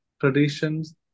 traditions